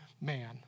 man